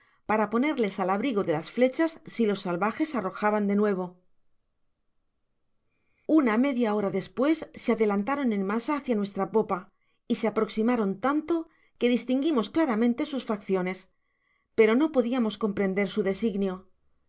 para ponerles al abrigo de las flechas si los salvajes arrojaban de nuevo content from google book search generated at una media hora despues se adelantaron en masa hácia nuestra popa y se aproximaron tanto que distinguíamos claramente sus facciones pero no podiamos comprender su designio